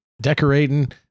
decorating